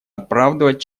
оправдывать